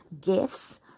gifts